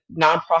nonprofit